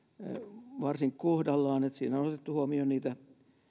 varsin kohdallaan siinä on on otettu huomioon niitä